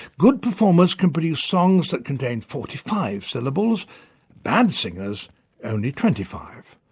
good performers can produce songs that contain forty five syllables bad singers only twenty five.